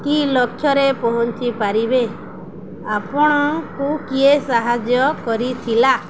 କି ଲକ୍ଷରେ ପହଞ୍ଚି ପାରିବେ ଆପଣଙ୍କୁ କିଏ ସାହାଯ୍ୟ କରିଥିଲା